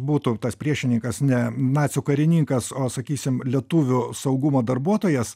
būtų tas priešininkas ne nacių karininkas o sakysim lietuvių saugumo darbuotojas